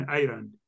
Ireland